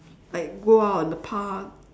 like go out the park